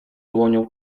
dłonią